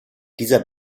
dieser